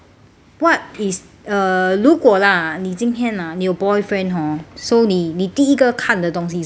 what is a 如果 lah 你今天 ah 你有 boyfriend hor so 你第一个看得东西是什么